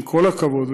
עם כל הכבוד,